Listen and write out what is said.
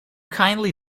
kindly